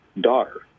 daughter